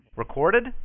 Recorded